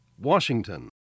Washington